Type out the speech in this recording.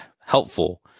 helpful